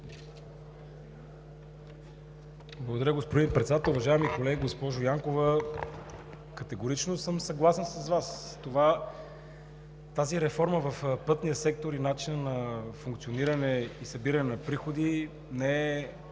Благодаря Ви, господин Председател. Уважаеми колеги! Госпожо Янкова, категорично съм съгласен с Вас. Реформата в пътния сектор, начинът на функциониране и събиране на приходи не е